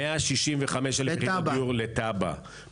165,000 יחידות דיור לתב"ע,